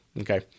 okay